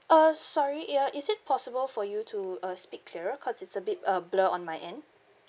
uh sorry ya is it possible for you to uh speak clearer because it's a bit uh blur on my end